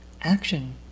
action